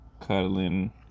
cuddling